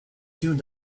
tune